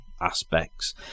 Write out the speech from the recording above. aspects